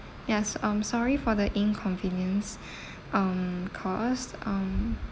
yes um sorry for the inconvenience um caused um